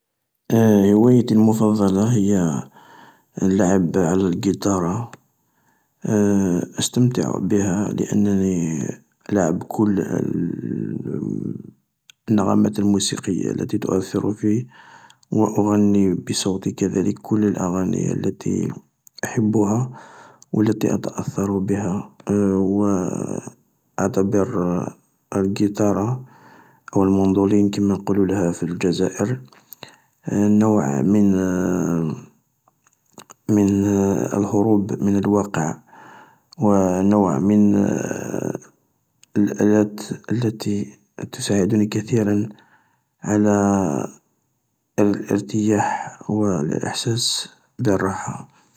﻿هوايتي المفضلة هي اللعب على الغيتارة، أستمتع بها لأنني ألعب كل النغمات الموسيقية التي تؤثر في واغني بصوتي كذلك كل الأغاني التي احبها و التي اتأثر بها و أعتبر الغيتارة أو الموندولين كما نقولولها في الجزائر. نوع من من الهروب من الواقع، و نوع من الآلات التي تساعدني كثيرا على الارتياح و الاحساس بالراحة.